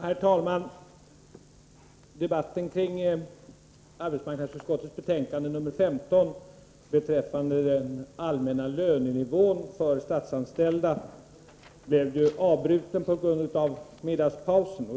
Herr talman! 'Debätten kring arbetsmarknadsutskottets betänkande 15 beträffande den allmänna lönenivån för statsanställda: blev avbruten på grund av middagspausen.